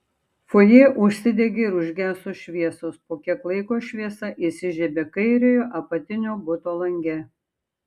fojė užsidegė ir užgeso šviesos po kiek laiko šviesa įsižiebė kairiojo apatinio buto lange